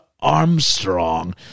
Armstrong